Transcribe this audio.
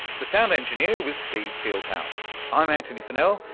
the sound engineer was steve fieldhouse. i'm antony funnell.